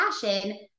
passion